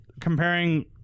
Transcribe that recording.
comparing